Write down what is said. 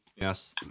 Yes